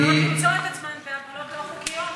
הן עלולות למצוא את עצמן בהפלות לא חוקיות.